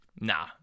Nah